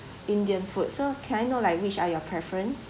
indian food so can I know like which are your preference